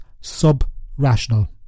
sub-rational